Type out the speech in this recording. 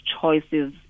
choices